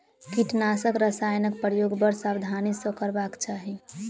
कीटनाशक रसायनक प्रयोग बड़ सावधानी सॅ करबाक चाही